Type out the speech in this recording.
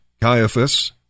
Caiaphas